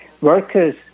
workers